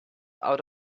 out